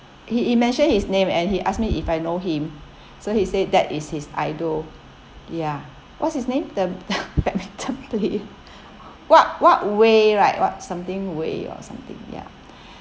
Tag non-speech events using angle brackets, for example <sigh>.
he he mentioned his name and he asked me if I know him so he said that is his idol ya what's his name the <laughs> badminton player what what wei right what something wei or something ya <breath>